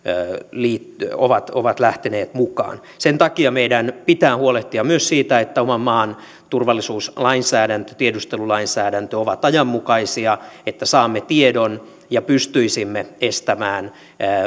ovat ovat lähteneet mukaan sen takia meidän pitää huolehtia myös siitä että oman maan turvallisuuslainsäädäntö ja tiedustelulainsäädäntö ovat ajanmukaisia että saisimme tiedon ja pystyisimme estämään